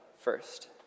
first